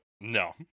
no